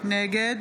נגד